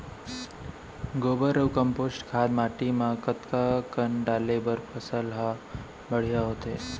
गोबर अऊ कम्पोस्ट खाद माटी म कतका कन डाले बर फसल ह बढ़िया होथे?